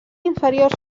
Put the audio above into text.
inferiors